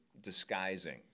disguising